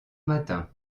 matin